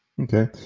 Okay